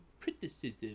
criticism